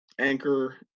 Anchor